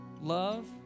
love